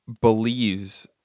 believes